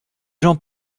gens